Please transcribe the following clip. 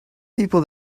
people